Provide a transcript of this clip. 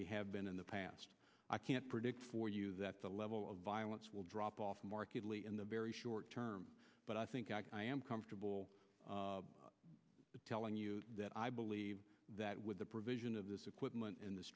we have been in the past i can't predict for you that the level of violence will drop off markedly in the very short term but i think i am comfortable telling you that i believe that with the provision of this equipment in th